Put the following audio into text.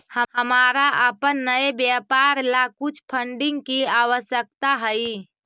हमारा अपन नए व्यापार ला कुछ फंडिंग की आवश्यकता हई